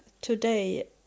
today